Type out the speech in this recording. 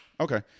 okay